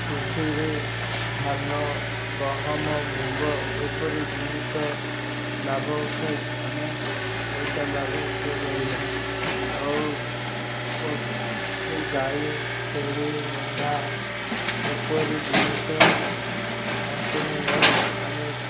କୃଷିରେ ଧାନ ଗହମ ମୁଗ ଏପରି ଜିନିଷ ଲାଭ ଉଠାଇ ଆମେ ପଇସା ଲାଭ ଉଠେଇ ପାରିବା ଆଉ ପଶୁ ଗାଈ ଛେଳି ମେଣ୍ଢା ଏପରି ଜିନିଷ ଆଙ୍କନୁ ନେଇ ଆମେ